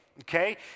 Okay